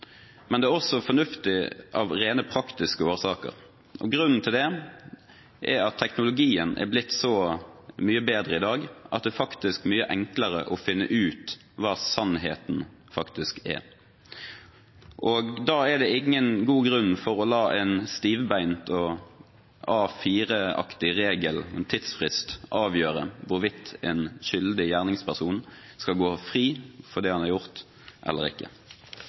men det er også fornuftig av rent praktiske årsaker. Grunnen til det er at teknologien er blitt så mye bedre i dag at det er mye enklere å finne ut hva sannheten faktisk er. Da er det ingen god grunn for å la en stivbeint og A4-aktig regel og tidsfrist avgjøre hvorvidt en skyldig gjerningsperson skal gå fri for det han har gjort, eller ikke.